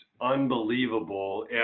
unbelievable